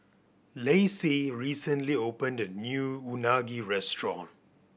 Lacey recently opened a new Unagi restaurant